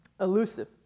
elusive